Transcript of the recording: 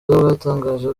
bwatangaje